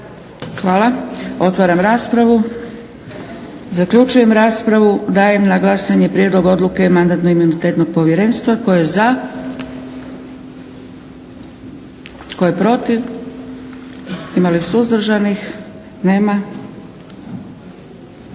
Hvala. Otvaram raspravu. Zaključujem raspravu. Dajem na glasanje prijedlog odluke mandatno-imunitetnog povjerenstva. Tko je za? Tko je protiv? Ima li suzdržanih? Nema.